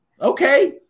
okay